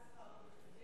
והפחתת שכר הבכירים?